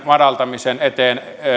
madaltamisen eteen